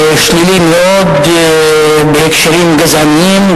שלילי מאוד בהקשרים גזעניים,